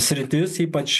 sritis ypač